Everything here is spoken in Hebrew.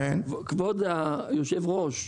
כבוד היושב-ראש,